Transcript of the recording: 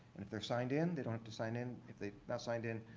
and if they're signed in, they don't have to sign in. if they've not signed in,